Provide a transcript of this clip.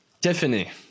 Tiffany